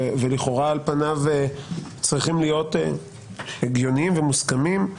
ולכאורה על פניו צריכים להיות הגיוניים ומוסכמים,